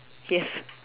yes